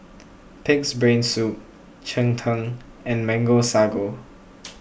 Pig's Brain Soup Cheng Tng and Mango Sago